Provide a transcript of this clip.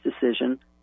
decision